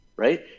Right